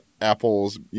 Apple's